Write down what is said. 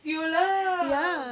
[siol] ah